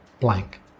blank